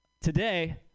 today